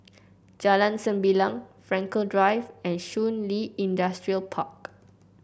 Jalan Sembilang Frankel Drive and Shun Li Industrial Park